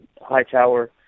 Hightower